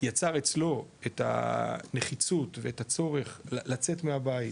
יצר אצלו את הנחיצות ואת הצורך לצאת מהבית,